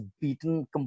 beaten